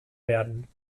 werden